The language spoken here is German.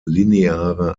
lineare